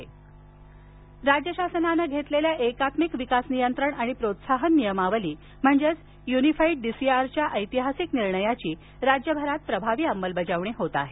सोलापर मंजरी राज्य शासनाने घेतलेल्या एकात्मिक विकास नियंत्रण आणि प्रोत्साहन नियमावली म्हणजेच युनिफाईड डिसिआरच्या ऐतिहासिक निर्णयाची राज्यभरात प्रभावी अंमलबजावणी होत आहे